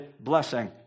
blessing